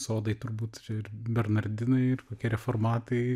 sodai turbūt ir bernardinai ir kokie reformatai